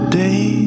day